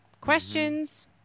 questions